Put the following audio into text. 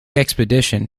expedition